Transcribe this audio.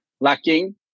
lacking